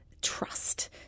trust